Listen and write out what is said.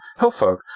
Hillfolk